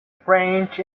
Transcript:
french